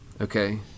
okay